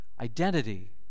identity